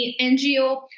NGO